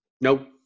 Nope